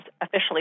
officially